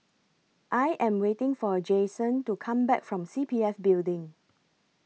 I Am waiting For Jayson to Come Back from C P F Building